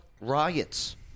riots